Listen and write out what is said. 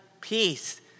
peace